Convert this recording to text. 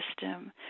system